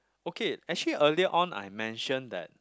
okay actually earlier on I mentioned that